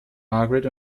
margaret